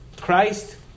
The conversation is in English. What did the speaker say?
Christ